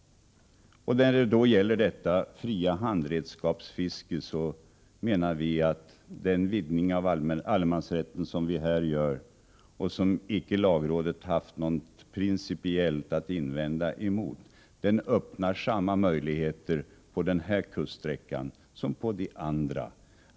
När det gäller det fria handredskapsfisket menar vi att den vidgning av allemansrätten som vi nu genomför och som lagrådet inte har haft något principiellt att invända mot öppnar samma möjligheter på denna kuststräcka som på de andra.